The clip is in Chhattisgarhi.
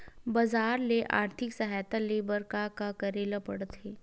बजार ले आर्थिक सहायता ले बर का का करे ल पड़थे?